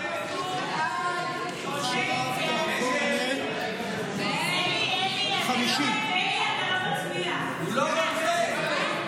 הסתייגות 43 לחלופין ו לא נתקבלה.